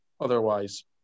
otherwise